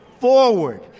forward